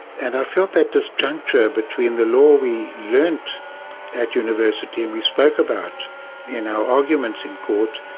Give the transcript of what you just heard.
and i felt that disjuncture between the law we learned at university and we spoke about in our arguments in court,